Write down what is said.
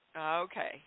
okay